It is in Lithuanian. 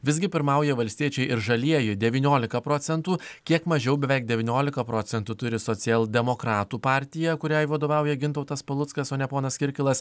visgi pirmauja valstiečių ir žalieji devyniolika procentų kiek mažiau beveik devyniolika procentų turi socialdemokratų partija kuriai vadovauja gintautas paluckas o ne ponas kirkilas